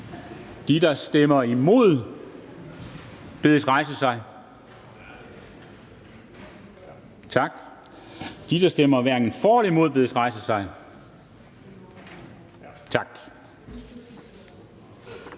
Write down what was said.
De, der stemmer imod, bedes rejse sig. Tak. De, der stemmer hverken for eller imod, bedes rejse sig. Tak.